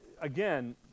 again